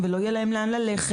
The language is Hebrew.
לא יהיה להם לאן ללכת,